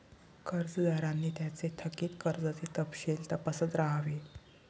कर्जदारांनी त्यांचे थकित कर्जाचे तपशील तपासत राहावे